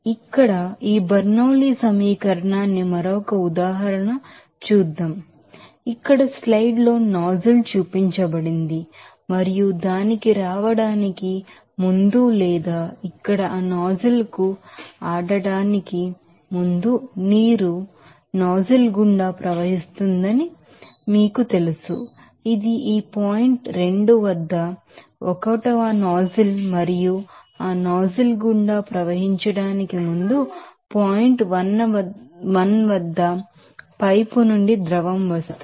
ఇక్కడ వంటి ఈ బెర్నౌలీ సమీకరణానికి మరొక ఉదాహరణ చేద్దాం ఇక్కడ స్లైడ్ లో నాజిల్ చూపించబడింది మరియు దానికి రావడానికి ముందు లేదా ఇక్కడ ఆ నాజిల్ కు ఆడటానికి ముందు నీరు నాజిల్ గుండా ప్రవహిస్తుందని మీకు తెలుసు ఇది ఈ పాయింట్ 2 వద్ద 1 నాజిల్ మరియు ఆ నాజిల్ గుండా ప్రవహించడానికి ముందు పాయింట్ 1 వద్ద పైపు నుండి ద్రవం వస్తోంది